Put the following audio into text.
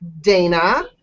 Dana